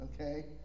okay